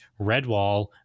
Redwall